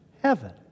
heaven